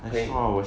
okay